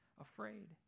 afraid